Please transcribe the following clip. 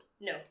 No